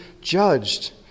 judged